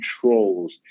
controls